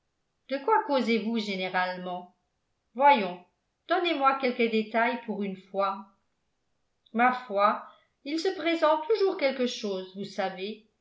de quoi causez vous généralement voyons donnez-moi quelques détails pour une fois ma foi il se présente toujours quelque chose vous savez